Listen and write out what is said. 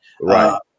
Right